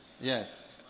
Yes